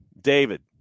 David